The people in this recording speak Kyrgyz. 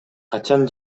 качан